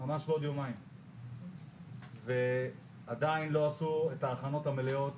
ממש בעוד יומיים ועדיין לא עשו את ההכנות המלאות,